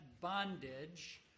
bondage